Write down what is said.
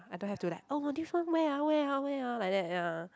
I don't have to like oh this one where ah where ah where ah like that ya